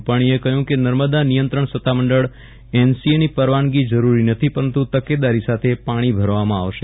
રૂપાણીએ કહ્યું કે નર્મદા નિયંત્રણ સત્તામંડળ એનસીએ ની પરવાનગી જરૂરી નથી પરંતુ તકેદારી સાથે પાણી ભરવામાં આવશે